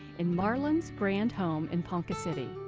in marland's grand home in ponca city.